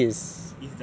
oh ya